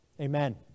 Amen